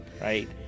right